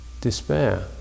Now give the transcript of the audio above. despair